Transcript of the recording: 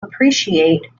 appreciate